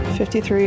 53